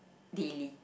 the